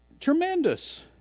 Tremendous